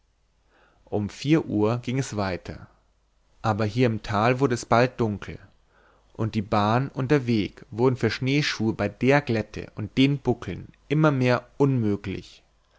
um vier uhr ging es weiter aber hier im tal wurde es bald dunkel und die bahn und der weg wurden für schneeschuhe bei der glätte und den buckeln immer mehr unmöglich